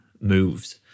moves